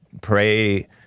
pray